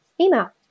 email